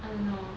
I don't know